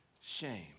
shame